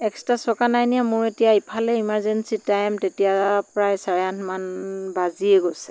extra চকা নাই নিয়া মোৰ এতিয়া ইফালে ইমাৰজেন্সি টাইম তেতিয়া প্ৰায় চাৰে আঠ মান বাজিয়ে গৈছে